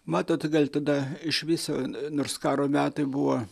matot gal tada iš viso nors karo metai buvo